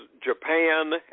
Japan